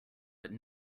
but